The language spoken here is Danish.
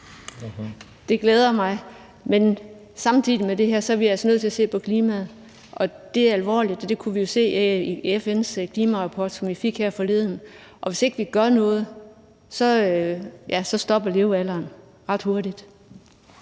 Det glæder mig, men samtidig med det her er vi altså nødt til at se på klimaet. Og det er alvorligt; det kunne vi jo se i FN's klimarapport, som vi fik her forleden. Hvis ikke vi gør noget, stopper levealderen ret hurtigt